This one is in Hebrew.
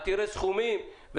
עתירי סכומים.